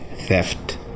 theft